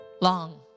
Long